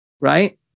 Right